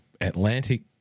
Atlantic